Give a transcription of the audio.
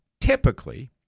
typically